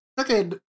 Okay